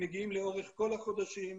הם מגיעים לאורך כל החודשים,